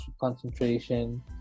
concentration